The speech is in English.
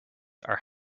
are